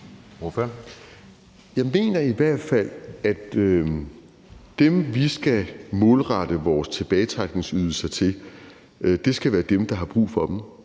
Jeg mener i hvert fald, at dem, vi skal målrette vores tilbagetrækningsydelser til, skal være dem, der har brug for dem,